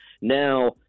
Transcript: Now